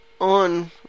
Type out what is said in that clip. on